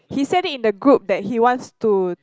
he said it in the group that he wants to